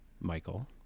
Michael